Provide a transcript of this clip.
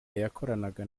yakoranaga